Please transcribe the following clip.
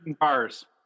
cars